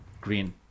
Green